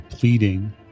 pleading